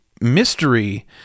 mystery